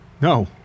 No